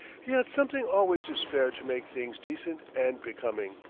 he had something always to spare to make things decent and becoming.